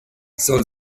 soll